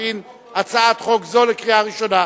מעמד האשה.